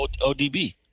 ODB